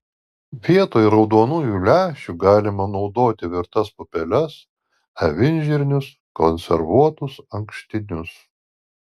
vietoj raudonųjų lęšių galima naudoti virtas pupeles avinžirnius konservuotus ankštinius